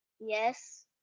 Yes